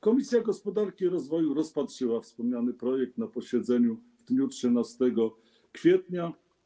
Komisja Gospodarki i Rozwoju rozpatrzyła wspomniany projekt na posiedzeniu w dniu 13 kwietnia.